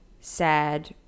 sad